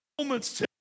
Moments